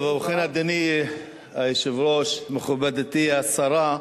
ובכן, אדוני היושב-ראש, מכובדתי השרה,